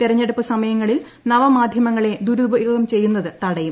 തെരഞ്ഞെടൂപ്പ് സ്മയങ്ങളിൽ നവമാധ്യമങ്ങളെ ദുരുപയോഗം ചെയ്യുന്നത് തടയും